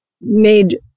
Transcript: made